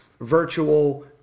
virtual